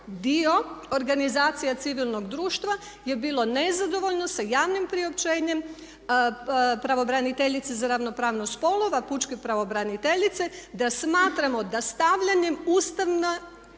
dio organizacija civilnog društva je bilo nezadovoljno sa javnim priopćenjem pravobraniteljice za ravnopravnost spolova, pučke pravobraniteljice da smatramo da stavljanjem braka